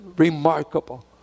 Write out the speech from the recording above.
Remarkable